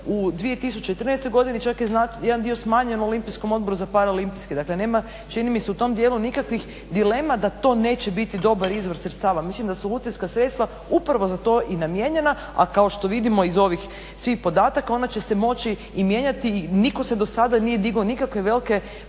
u 2013. čak je jedan dio smanjen u Olimpijskom odboru za paraolimpijske. Dakle nema, čini mi se u tom dijelu nikakvih dilema da to neće biti dobar izvor sredstava, mislim da su lutrijska sredstva upravo za to i namijenjena, a kao što vidimo iz ovih svih podataka ona će se moći i mijenjati i niko se do sada nije digao, nikakve velike